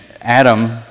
Adam